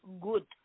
Good